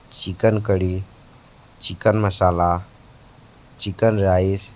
chicken curry chicken masala chicken rice